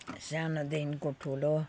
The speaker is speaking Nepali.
सानोदेखिको ठुलो